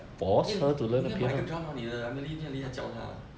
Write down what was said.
eh 你应该买一个 drum mah 你的 emily 将厉害教她